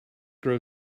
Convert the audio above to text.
grow